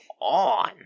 on